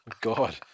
God